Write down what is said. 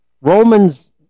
Romans